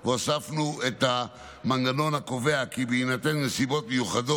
הוספנו את המנגנון הקובע כי בהינתן נסיבות מיוחדות